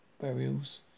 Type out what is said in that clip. burials